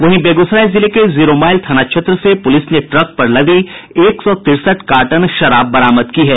वहीं बेगूसराय जिले के जीरोमाइल थाना क्षेत्र से पूलिस ने ट्रक पर लदी एक सौ तिरसठ कार्टन विदेशी शराब बरामद की है